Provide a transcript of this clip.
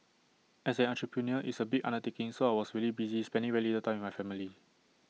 as an entrepreneur it's A big undertaking so I was really busy spending very little time with my family